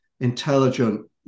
intelligent